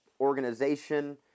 organization